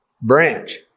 branch